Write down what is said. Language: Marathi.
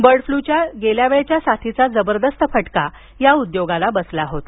बर्ड फ्लूच्या गेल्या वेळच्या साथीचा जबरदस्त फटका या उद्योगाला बसला होता